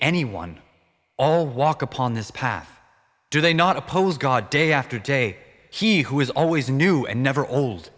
anyone all walk upon this path do they not oppose god day after day he who is always new and never old